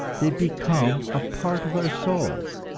they become a part of our souls,